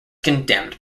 condemned